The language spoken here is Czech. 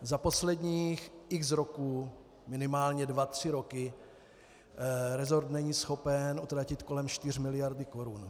Za posledních x roků, minimálně dva tři roky, resort není schopen utratit kolem 4 mld. korun.